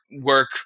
work